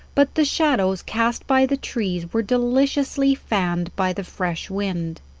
but the shadows cast by the trees were deliciously fanned by the fresh wind.